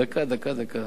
דקה, דקה.